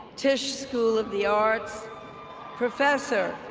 tisch school of the arts professor,